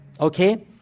Okay